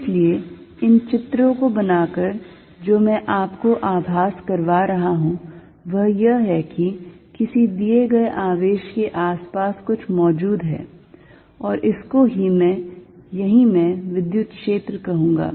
इसलिए इन चित्रों को बनाकर जो मैं आपको आभास करवा रहा हूं वह यह है कि किसी दिए गए आवेश के आसपास कुछ मौजूद है और इसको ही मैं यही मैं विद्युत क्षेत्र कहूंगा